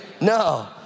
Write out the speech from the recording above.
No